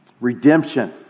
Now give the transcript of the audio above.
redemption